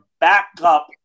backup